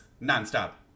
non-stop